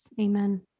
Amen